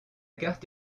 carte